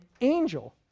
angel